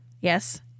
Yes